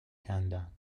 کندم